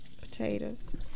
potatoes